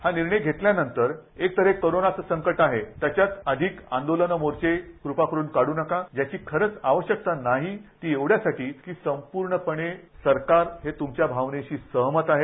हा निर्णय घेतल्यानंतर एक तर हे कोरोनाचं संकट आहे त्याच्यात अधिक मोठे आंदोलनं मोर्चे कृपा करून काढू नका ज्याची खरंच आवश्यकता नाही ती एवढ्यासाठी की संपूर्णपणे सरकार हे तुमच्या भावनेशी सहमत आहे